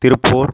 Tiruppur